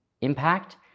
impact